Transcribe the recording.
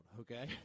okay